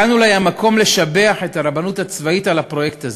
כאן אולי המקום לשבח את הרבנות הצבאית על הפרויקט הזה,